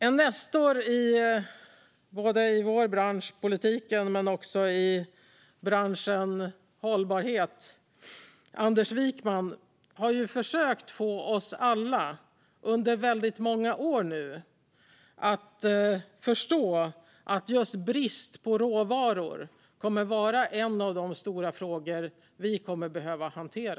En nestor både i vår bransch politiken och i branschen hållbarhet är Anders Wijkman, som under väldigt många år nu har försökt få oss alla att förstå att just brist på råvaror kommer att vara en av de stora frågor som vi kommer att behöva hantera.